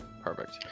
Perfect